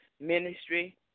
ministry